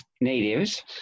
natives